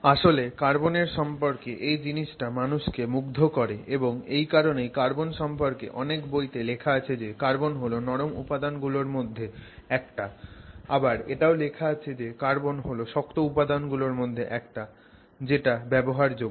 আসলে কার্বনের সম্পর্কে এই জিনিসটা মানুষকে মুগ্ধ করে এবং এই কারনেই কার্বন সম্পর্কে অনেক বই তে লেখা আছে যে কার্বন হল নরম উপাদান গুলোর মধ্যে একটা আবার এটাও লেখা থাকে যে কার্বন হল শক্ত উপাদান গুলোর মধ্যে একটা যেটা ব্যবহারযোগ্য